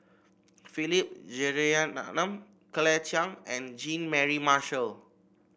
Philip Jeyaretnam Claire Chiang and Jean Mary Marshall